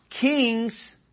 Kings